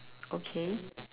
okay